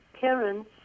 parents